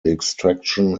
extraction